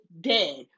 dead